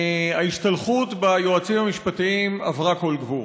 ההשתלחות ביועצים המשפטיים עברה כל גבול.